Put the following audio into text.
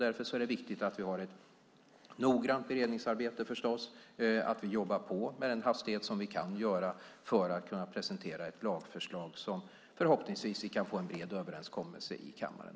Därför är det viktigt att vi har ett noggrant beredningsarbete och att vi jobbar på med den hastighet som vi kan för att presentera ett lagförslag som vi förhoppningsvis kan få en bred överenskommelse om i kammaren.